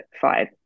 five